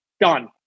done